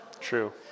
true